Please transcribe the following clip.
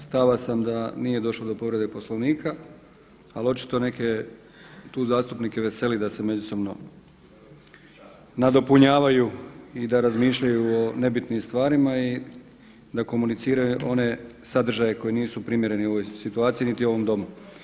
Stava sam da nije došlo do povrede Poslovnika, ali očito neke tu zastupnike veseli da se međusobno nadopunjavaju i da razmišljaju o nebitnim stvarima i da komuniciraju one sadržaje koje nisu primjereni ovoj situaciji niti ovom Domu.